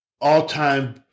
all-time